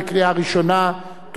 התש"ע 2010,